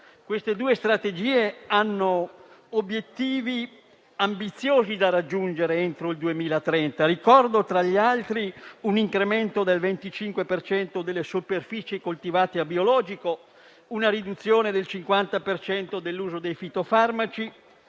Queste due strategie hanno obiettivi ambiziosi da raggiungere entro il 2030. Ricordo, tra gli altri: un incremento del 25 per cento delle superfici coltivate a biologico, una riduzione del 50 per cento dell'uso dei fitofarmaci,